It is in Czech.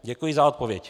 Děkuji za odpověď.